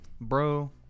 Bro